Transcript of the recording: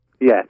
Yes